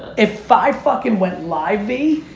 if i fuckin' went live v,